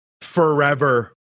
forever